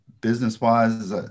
business-wise